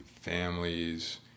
families